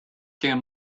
came